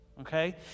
okay